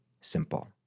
simple